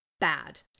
bad